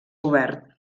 obert